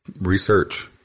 research